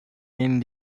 ihnen